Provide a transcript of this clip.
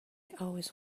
always